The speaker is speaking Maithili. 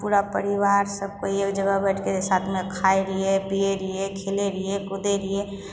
पूरा परिवार सब कोइ एक जगह बैठके साथमे खाय रहियै पियै रहियै खेलय रहियै कुदय रहियै